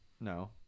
no